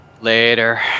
Later